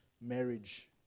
marriage